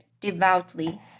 devoutly